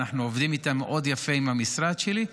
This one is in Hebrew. אנחנו עובדים איתם יפה מאוד עם המשרד שלי.